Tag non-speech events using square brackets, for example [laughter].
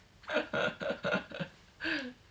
[laughs]